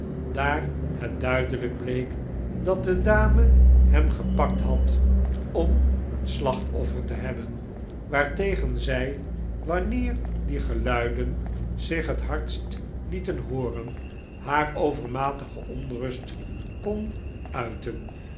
daar het duidelijk bleek dat de dame hem gepakt had om een slachtoffer te hebben waartegen zij wanneer die geluiden zich het hardst lieten hooren haar overmatige onrust kon uiten